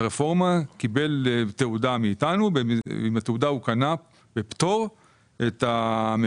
הצעת צו הבלו על הדלק (פטור והישבון),